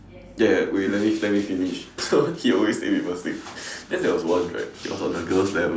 ya ya wait let me let me finish so he always take people's things then there was once right he was on the girls' level